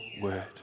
word